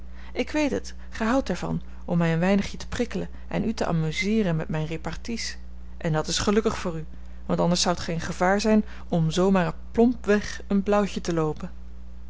ik weet het gij houdt daarvan om mij een weinigje te prikkelen en u te amuseeren met mijne reparties en dat is gelukkig voor u want anders zoudt gij in gevaar zijn om zoo maar plomp weg een blauwtje te loopen